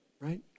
right